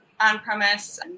on-premise